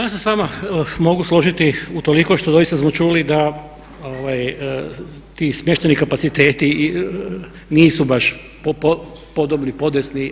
Ja se sa vama mogu složiti utoliko što doista smo čuli da ti smještajni kapaciteti nisu baš podobni, podesni.